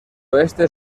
oeste